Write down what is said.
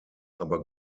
aber